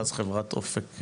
ואז חברת "אופק".